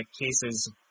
cases